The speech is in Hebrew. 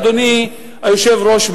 אדוני היושב-ראש,